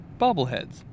Bobbleheads